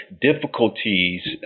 difficulties